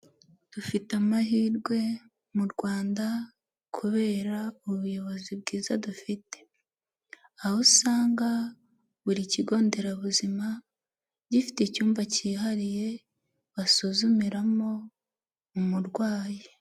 Dufite amahirwe mu rwanda kubera ubuyobozi bwiza dufite, aho usanga buri kigo nderabuzima gifite icyumba cyihariye basuzumiramo umurwayi.